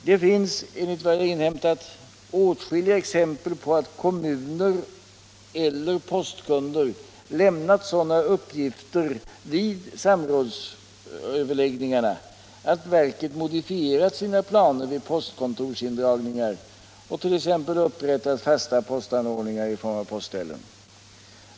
Det finns enligt vad jag inhämtat åtskilliga exempel på att kommuner eller postkunder lämnat sådana uppgifter vid samrådsöverläggningarna att verket modifierat sina planer vid postkontorsindragningar och t.ex. upprättat fasta postanordningar i form av postställen.